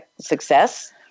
success